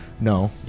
no